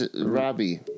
Robbie